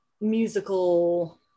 musical